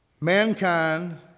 Mankind